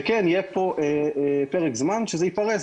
וכן, יהיה פה פרק זמן שזה ייפרס.